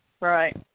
Right